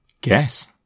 guess